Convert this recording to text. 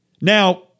Now